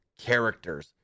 characters